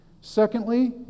secondly